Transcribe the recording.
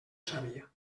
sabia